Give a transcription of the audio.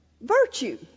virtue